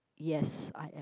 yes I am